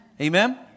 Amen